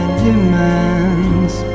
demands